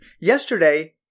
Yesterday